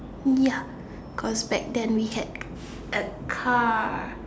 ya because then we had a car